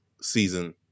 season